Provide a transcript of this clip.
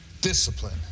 discipline